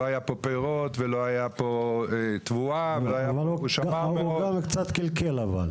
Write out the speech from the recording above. לא היה פה פירות ולא היה פה תבואה ו- -- האדם קצת קלקל אבל.